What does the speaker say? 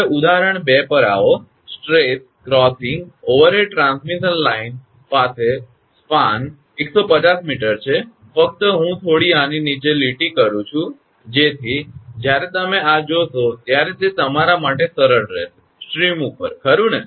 હવે ઉદાહરણ 2 પર આવો stress crossing overhead transmission line પાસે સ્પાન 150 𝑚 છે ફક્ત હું થોડી આની નીચે લીટી કરું છુ જેથી જ્યારે તમે આ જોશો ત્યારે તે તમારા માટે સરળ રેહશે સ્ટ્રીમ ઉપર ખરુ ને